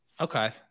Okay